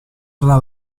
tra